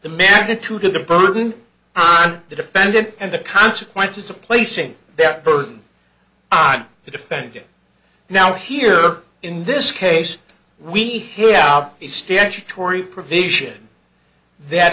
the magnitude of the burden on the defendant and the consequences of placing that burden on the defendant now here in this case we have the statutory provision that